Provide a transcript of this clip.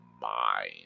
mind